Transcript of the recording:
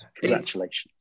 Congratulations